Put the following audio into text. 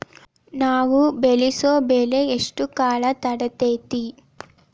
ನಾವು ಬೆಳಸೋ ಬೆಳಿ ಎಷ್ಟು ಕಾಲ ತಡೇತೇತಿ?